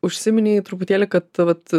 užsiminei truputėlį kad vat